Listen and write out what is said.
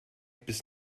bis